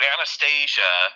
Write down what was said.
Anastasia